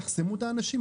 תחסמו את האנשים.